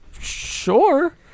Sure